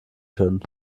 können